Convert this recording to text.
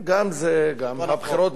גם הבחירות בארצות-הברית,